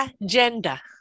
agenda